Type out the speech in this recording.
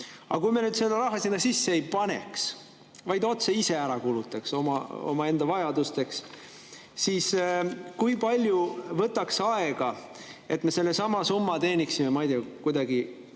Kui me nüüd seda raha sinna sisse ei paneks, vaid otse ise ära kulutaks omaenda vajadusteks, siis kui palju võtaks aega, et me sellesama summa teeniksime kuidagi